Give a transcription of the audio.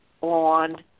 on